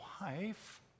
wife